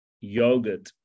yogurt